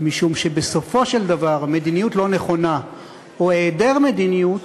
משום שבסופו של דבר מדיניות לא נכונה או היעדר מדיניות